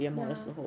ya